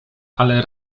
ale